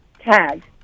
tag